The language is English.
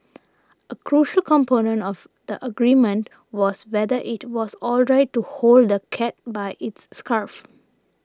a crucial component of the argument was whether it was alright to hold the cat by its scruff